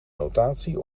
notatie